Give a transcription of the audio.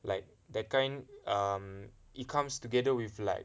like the kind err it comes together with like